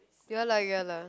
ya lah ya lah